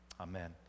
Amen